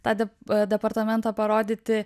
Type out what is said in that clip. tą dep departamentą parodyti